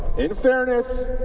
in fairness,